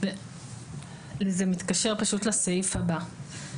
זה מתקשר פשוט לסעיף הבא.